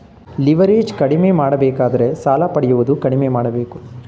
leverage ಕಡಿಮೆ ಮಾಡಬೇಕಾದರೆ ಸಾಲ ಪಡೆಯುವುದು ಕಡಿಮೆ ಮಾಡಬೇಕು